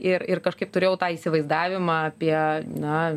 ir ir kažkaip turėjau tą įsivaizdavimą apie na